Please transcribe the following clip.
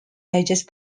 digest